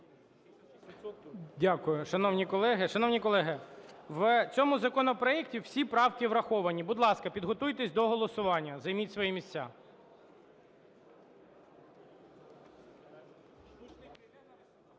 колеги, шановні колеги, в цьому законопроекті всі правки враховані. Будь ласка, підготуйтеся до голосування, займіть свої місця.